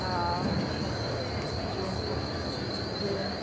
हा जीअं जी